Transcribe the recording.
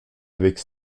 avec